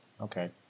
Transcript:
Okay